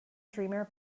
dreamer